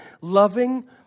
loving